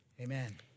Amen